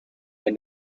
when